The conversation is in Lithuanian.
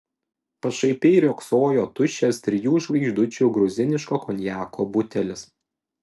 pašaipiai riogsojo tuščias trijų žvaigždučių gruziniško konjako butelis